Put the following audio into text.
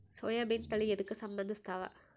ಸೋಯಾಬಿನ ತಳಿ ಎದಕ ಸಂಭಂದಸತ್ತಾವ?